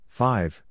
five